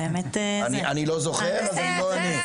אני לא זוכר אז אני לא אענה.